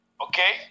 Okay